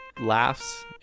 laughs